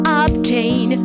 obtain